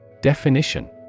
Definition